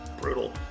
brutal